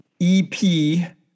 EP